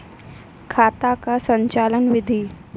खाता का संचालन बिधि?